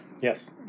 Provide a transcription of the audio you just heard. Yes